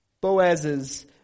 Boaz's